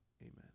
Amen